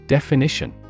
Definition